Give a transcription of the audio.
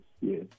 yes